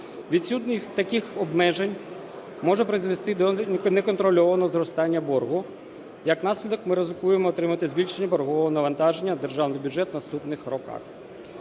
Відсутність таких обмежень може призвести до неконтрольованого зростання боргу, як наслідок ми ризикуємо отримати збільшення боргового навантаження на державний бюджет в наступних роках.